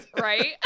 right